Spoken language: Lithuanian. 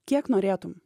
kiek norėtum